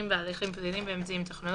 ואם העותר אינו מיוצג,